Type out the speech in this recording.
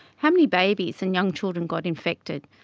how many babies and young children got infected.